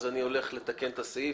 אני הולך לתקן את הסעיף.